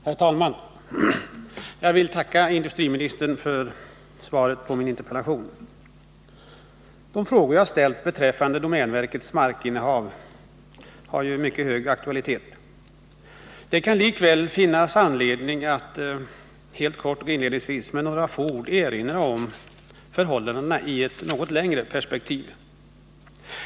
Herr talman! Jag vill tacka industriministern för svaret på min interpellation. De frågor jag har ställt beträffande domänverkets markinnehav har mycket hög aktualitet. Det kan likväl finnas anledning att helt kort och inledningsvis med några få ord erinra om förhållandena i ett något längre perspektiv.